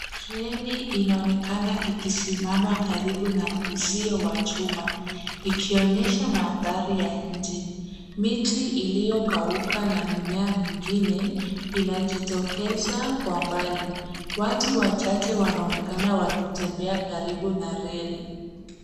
Treni inaonekana ikisimama karibu na uzio wa chuma ikionyesha mandhari ya nje. Miti iliyokauka na mimea mingine inajitokeza kwa mbali. Watu wachache wanaonekana wakitembea karibu na reli.